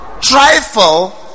trifle